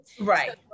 Right